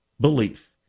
belief